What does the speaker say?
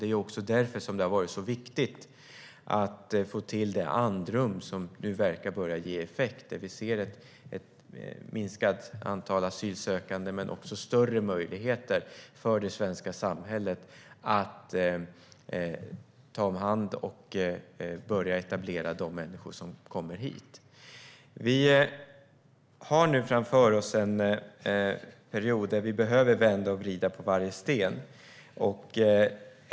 Det är också därför som det har varit så viktigt att få till det andrum som nu börjar ge effekt. Vi ser ett minskat antal asylsökande, men också större möjligheter för det svenska samhället att ta hand om och börja etablera de människor som kommer hit. Nu har vi en period framför oss där vi behöver vända och vrida på varje sten.